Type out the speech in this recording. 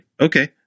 Okay